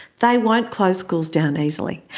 they won't close schools down easily.